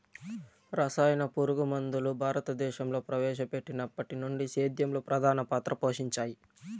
రసాయన పురుగుమందులు భారతదేశంలో ప్రవేశపెట్టినప్పటి నుండి సేద్యంలో ప్రధాన పాత్ర పోషించాయి